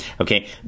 Okay